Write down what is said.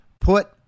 put